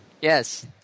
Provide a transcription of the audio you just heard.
yes